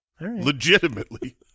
Legitimately